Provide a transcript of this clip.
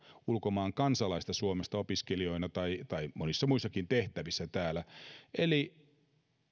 ulkomaan kansalaista suomessa opiskelijoina ja monissa muissakin tehtävissä täällä eli